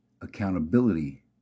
accountability